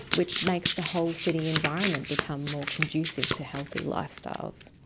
which makes the whole city environment become more conducive to healthy lifestyles.